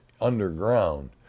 underground